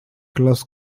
class